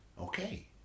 okay